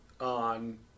on